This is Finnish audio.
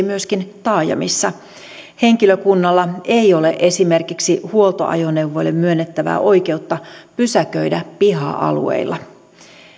myöskin taajamissa henkilökunnalla ei ole esimerkiksi huoltoajoneuvoille myönnettävää oikeutta pysäköidä piha alueilla